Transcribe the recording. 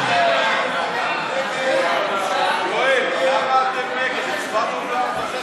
הצעת ועדת הכנסת לבחור את חברת הכנסת